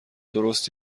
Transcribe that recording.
درست